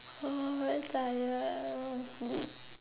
oh very tired I want to sleep